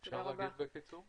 אפשר להגיב בקיצור?